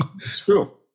True